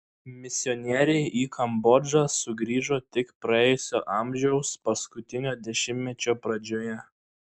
misionieriai į kambodžą sugrįžo tik praėjusio amžiaus paskutinio dešimtmečio pradžioje